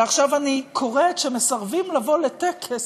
ועכשיו אני קוראת שמסרבים לבוא לטקס,